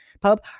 pub